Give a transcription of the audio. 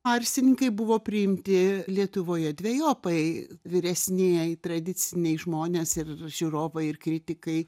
arsininkai buvo priimti lietuvoje dvejopai vyresnieji tradiciniai žmonės ir žiūrovai ir kritikai